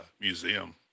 museum